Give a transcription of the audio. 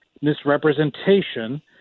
misrepresentation